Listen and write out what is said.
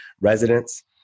residents